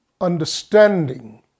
understanding